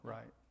Right